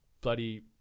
bloody